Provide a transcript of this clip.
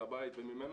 אל הבית וממנו?